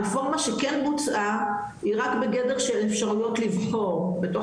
הרפורמה שכן בצועה היא רק בגדר של אפשריות לבחור בתוך